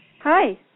Hi